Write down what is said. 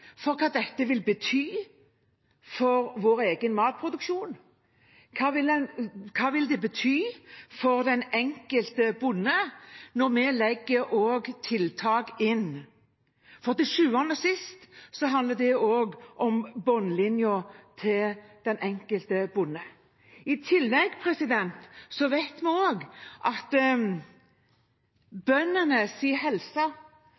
for hva dette vil bety for vår egen matproduksjon. Hva vil det bety for den enkelte bonde når vi legger inn tiltak? For til sjuende og sist handler det også om bunnlinjen til den enkelte bonde. I tillegg vet vi at bøndenes helse